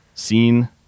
seen